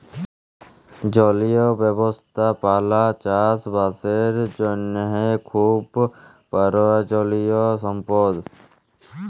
জলীয় ব্যবস্থাপালা চাষ বাসের জ্যনহে খুব পরয়োজলিয় সম্পদ